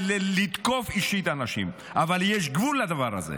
לתקוף אישית אנשים, אבל יש גבול לדבר הזה.